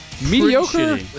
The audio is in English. mediocre